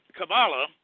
Kabbalah